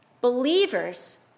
believers